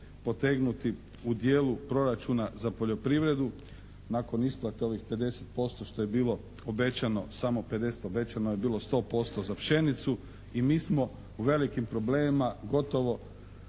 potegnuti u djelu proračuna za poljoprivredu nakon isplate ovih 50% što je bilo obećano, samo 50%. Obećano je bilo 100% za pšenicu. I mi smo u velikim problemima. Gotovo